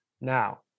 Now